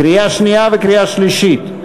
קריאה שנייה וקריאה שלישית.